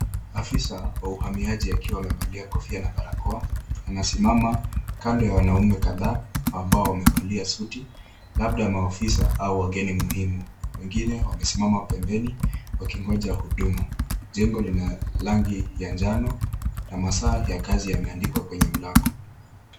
Afisa wa uhamiaji akiwa amevalia kofia na barakoa, anasimama kando ya wanaume kadhaa ambao wamevalia suti, labda maofisa au wageni muhimu. Mwingine wamesimama pembeni wakingonja huduma. Jengo lina rangi ya njano na masaa ya kazi yameandikwa kwenye mlango.